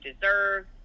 deserve